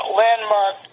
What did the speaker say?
landmark